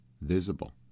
Visible